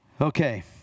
Okay